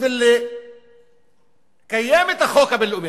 ובשביל לקיים את החוק הבין-לאומי,